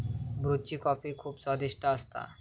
ब्रुची कॉफी खुप स्वादिष्ट असता